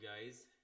guys